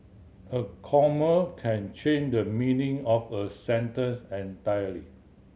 a comma can change the meaning of a sentence entirely